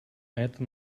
anthem